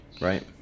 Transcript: Right